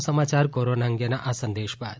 વધુ સમાચાર કોરોના અંગેના આ સંદેશ બાદ